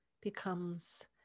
becomes